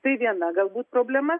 tai viena galbūt problema